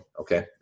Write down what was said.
okay